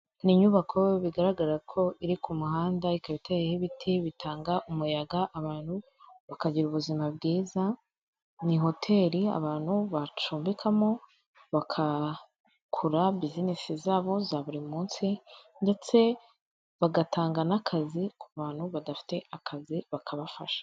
Ni inyubako bigaragara ko iri ku muhanda ikaba iteyeho ibiti bitanga umuyaga abantu bakagira ubuzima bwiza, ni hoteli abantu bacumbikamo bagagura business zabo za buri munsi ndetse bagatanga n'akazi ku bantu badafite akazi bakabafasha.